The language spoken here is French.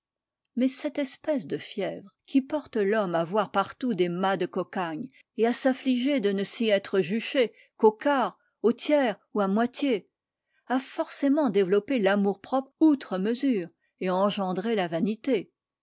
mais cette espèce de fièvre qui porte l'homme à voir partout des mâts de cocagne et à s'affliger de ne s'y être juché qu'au quart au tiers ou à moitié a forcément développé l'amour-propre outre mesure et engendré la vanité